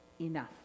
enough